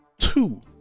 Two